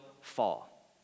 fall